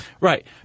Right